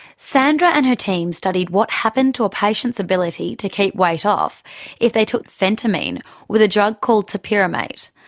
sandra and her team studied what happened to a patient's ability to keep weight off if they took phentermine with a drug called topiramate.